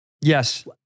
Yes